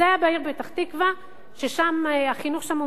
זה היה בפתח-תקווה, ששם החינוך מאוד